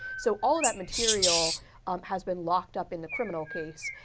so, all of that material has been locked up in the criminal case.